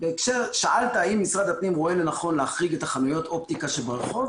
שאלת האם משרד הפנים רואה לנכון להחריג את חנויות האופטיקה שברחוב.